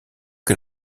que